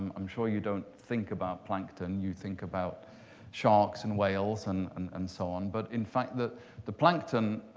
i'm sure you don't think about plankton. you think about sharks and whales and and and so on. but in fact, the the plankton,